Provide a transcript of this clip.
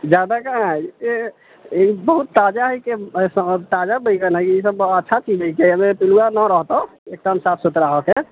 जादा कहाँ हइ ओ बहुत ताजा हइ की ताजा बैगन हइ ईसभ अच्छा चीज हइ अयमे पिलुआ न रहतऔ एकदम साफ सुतरा होतय